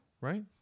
right